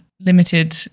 limited